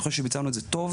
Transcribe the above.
אני חושב שביצענו את זה טוב.